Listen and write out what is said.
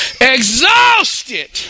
Exhausted